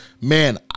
man